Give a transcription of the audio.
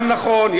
גם נכון.